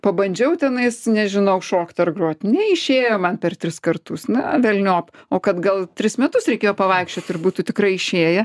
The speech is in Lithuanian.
pabandžiau tenais nežinau šokt ar grot neišėjo man per tris kartus na velniop o kad gal tris metus reikėjo pavaikščiot ir būtų tikrai išėję